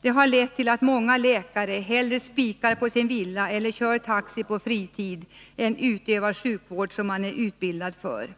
Det har lett till att många läkare hellre spikar på sin villa eller kör taxi på fritid än utövar sjukvård som de är utbildade för.